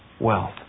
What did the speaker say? wealth